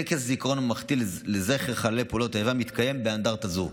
טקס הזיכרון הממלכתי לזכר חללי פעולות האיבה מתקיים באנדרטה זו.